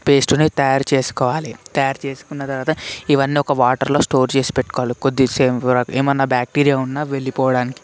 పేస్ట్ని తయారుచేసుకోవాలి తయారు చేసుకున్న తర్వాత ఇవన్నీ ఒక వాటర్లో స్టోర్ చేసి పెట్టుకోవాలి కొద్దిసేపు ఏమన్నా బ్యాక్టీరియా ఉన్న వెళ్ళిపోవడానికి